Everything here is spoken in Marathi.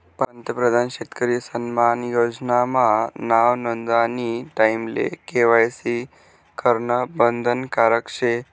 पंतप्रधान शेतकरी सन्मान योजना मा नाव नोंदानी टाईमले के.वाय.सी करनं बंधनकारक शे